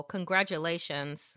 Congratulations